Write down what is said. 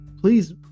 please